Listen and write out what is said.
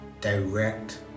direct